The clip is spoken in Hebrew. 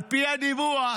על פי הדיווח,